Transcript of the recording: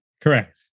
Correct